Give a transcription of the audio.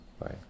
right